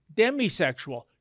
demisexual